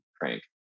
Crank